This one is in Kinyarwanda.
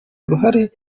uruhare